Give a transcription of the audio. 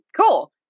Cool